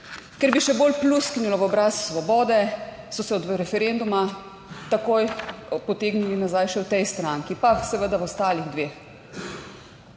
ker bi še bolj pljusknila v obraz Svobode, so se od referenduma takoj potegnili nazaj še v tej stranki, pa seveda v ostalih dveh.